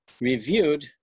reviewed